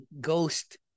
ghost